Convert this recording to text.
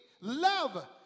Love